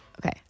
Okay